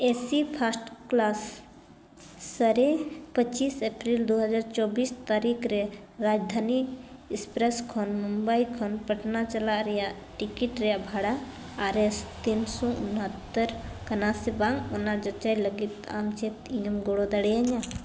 AC first class ᱥᱟᱹᱨᱤ ᱯᱚᱸᱪᱤᱥ April ᱫᱩ ᱦᱟᱡᱟᱨ ᱪᱚᱵᱽᱵᱤᱥ ᱛᱟᱹᱨᱤᱠᱷ ᱨᱮ ᱨᱟᱡᱽᱫᱷᱟᱱᱤ ᱮᱹᱠᱥᱯᱨᱮᱹᱥ ᱨᱮ ᱢᱩᱢᱵᱟᱭ ᱠᱷᱚᱱ ᱯᱟᱴᱱᱟ ᱪᱟᱞᱟᱜ ᱨᱮᱭᱟᱜ ᱴᱤᱠᱤᱴ ᱨᱮᱭᱟᱜ ᱵᱷᱟᱲᱟ ᱟᱨᱮᱥ ᱛᱤᱱ ᱥᱚ ᱩᱱᱚᱛᱛᱳᱨ ᱠᱟᱱᱟ ᱥᱮ ᱵᱟᱝ ᱚᱱᱟ ᱡᱟᱪᱟᱭ ᱞᱟᱹᱜᱤᱫ ᱟᱢ ᱪᱮᱫ ᱤᱧᱮᱢ ᱜᱚᱲᱚ ᱫᱟᱲᱮᱭᱤᱧᱟ